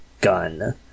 Gun